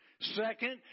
Second